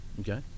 Okay